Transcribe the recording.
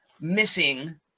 missing